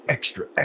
Extra